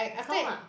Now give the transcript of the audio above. count lah